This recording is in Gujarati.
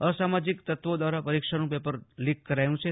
અસામાજીક તત્વો દ્વારા પરીક્ષાનું પેપર લીક કરાયું છે